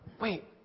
wait